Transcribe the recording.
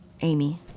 Amy